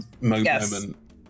moment